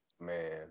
man